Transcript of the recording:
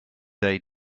they